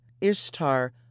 Ishtar